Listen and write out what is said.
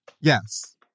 yes